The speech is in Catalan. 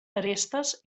arestes